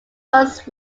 works